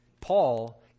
Paul